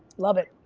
love it,